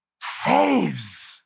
saves